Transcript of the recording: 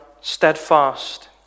steadfast